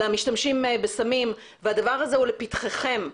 למשתמשים בסמים והדבר הזה הוא לפתחכם,